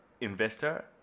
investor